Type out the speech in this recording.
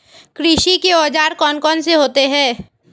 कृषि के औजार कौन कौन से होते हैं?